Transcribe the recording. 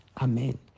amen